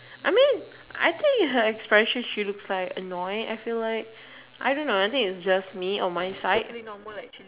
I mean I think her expression she looks like annoyed I feel like I don't know maybe is just me or my sight